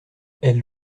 elle